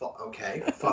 Okay